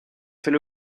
fait